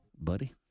buddy